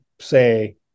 say